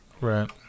Right